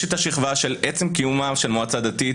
יש השכבה של עצם קיומה של מועצה דתית.